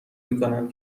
میکنم